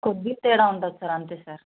కొద్దిగా తేడా ఉంటుంది సార్ అంతే సార్